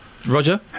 Roger